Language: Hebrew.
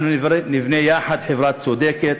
אנחנו נבנה יחד חברה צודקת,